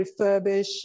refurbish